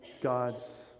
God's